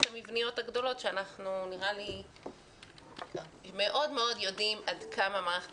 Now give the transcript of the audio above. המבניות הגדולות שאנחנו מאוד מאוד יודעים עד כמה מערכת